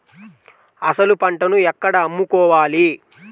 అసలు పంటను ఎక్కడ అమ్ముకోవాలి?